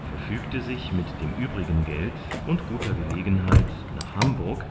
verfügte sich mit dem übrigen geld und guter gelegenheit nach hamburg